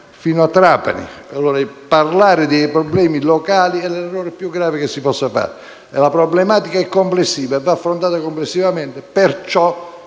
fino a Trapani e parlare dei problemi locali è l'errore più grave che si possa fare. La problematica è complessiva e quindi va affrontata complessivamente, per